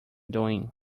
doing